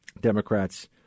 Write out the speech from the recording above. democrats